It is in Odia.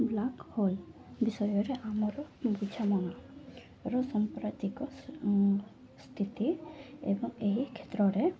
ବ୍ଲାକ୍ ହୋଲ୍ ବିଷୟରେ ଆମର ବୁଝାମଣାର ସାମ୍ପ୍ରତିକ ସ୍ଥିତି ଏବଂ ଏହି କ୍ଷେତ୍ରରେ